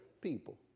people